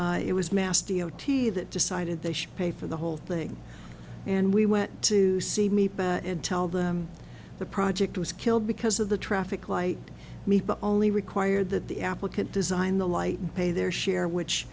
it it was mass d o t that decided they should pay for the whole thing and we went to see me and tell them the project was killed because of the traffic light only require that the applicant design the light pay their share which